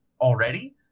already